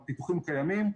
הפיתוחים קיימים.